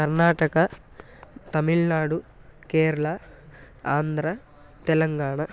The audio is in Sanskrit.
कर्नाटका तमिल्नाडु केरला आन्ध्र तेलङ्गाणा